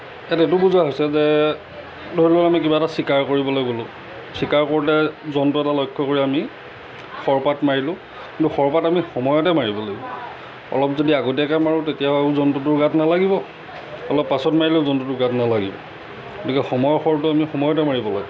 ইয়াত এইটো বুজোৱা হৈছে যে ধৰি লওঁক আমি কিবা এটা চিকাৰ কৰিবলৈ গ'লোঁ চিকাৰ কৰোঁতে জন্তু এটা লক্ষ্য কৰি আমি শৰপাত মাৰিলোঁ কিন্তু শৰপাত আমি সময়তে মাৰিব লাগিব অলপ যদি আগতীয়াকৈ মাৰোঁ তেতিয়াও জন্তুটোৰ গাত নালাগিব অলপ পাছত মাৰিলেও জন্তুটোৰ গাত নালাগিব গতিকে সময়ৰ শৰটো আমি সময়তে মাৰিব লাগে